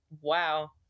Wow